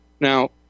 Now